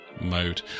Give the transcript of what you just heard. mode